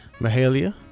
Mahalia